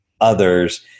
others